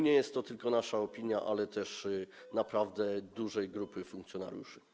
Nie jest to tylko nasza opinia, ale też naprawdę dużej grupy funkcjonariuszy.